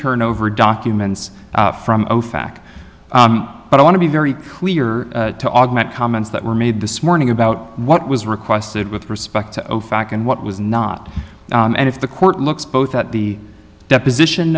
turn over documents from ofac but i want to be very clear to augment comments that were made this morning about what was requested with respect to ofac and what was not and if the court looks both at the deposition